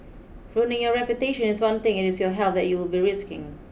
ruining your reputation is one thing it is your health that you will be risking